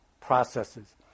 processes